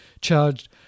charged